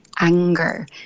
anger